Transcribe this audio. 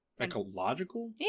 Ecological